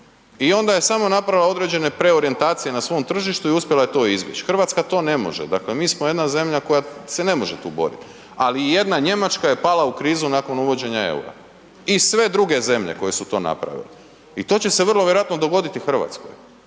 i onda je samo napravila određene preorijentacije na svom tržištu i uspjela je to izbjeć, RH to ne može, dakle mi smo jedan zemlja koja se ne može tu borit, ali jedna Njemačka je pala u krizu nakon uvođenja EUR-a i sve druge zemlje koje su to napravile i to će se vrlo vjerojatno dogoditi i